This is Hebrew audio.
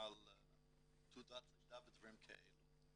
תעודות לידה ודברים כאלו.